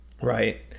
Right